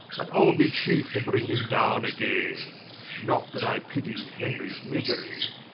and ile be cheefe to bring him downe againe not that i pitty henries misery,